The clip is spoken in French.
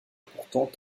pourtant